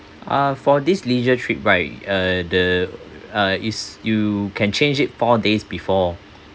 ah for this leisure trip right uh the uh is you can change it four days before